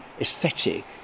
aesthetic